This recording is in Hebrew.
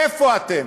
איפה אתם?